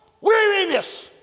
weariness